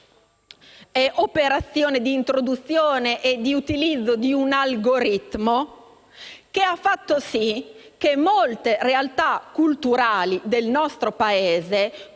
operazione di introduzione e di utilizzo di un algoritmo che ha fatto sì che molte realtà culturali del nostro Paese,